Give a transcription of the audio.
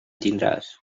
tindràs